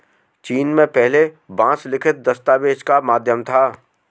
चीन में पहले बांस लिखित दस्तावेज का माध्यम था